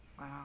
wow